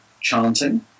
chanting